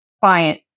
client